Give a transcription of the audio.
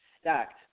stacked